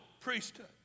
priesthood